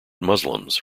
muslims